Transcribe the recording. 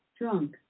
Drunk